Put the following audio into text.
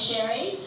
Sherry